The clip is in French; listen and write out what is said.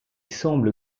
semble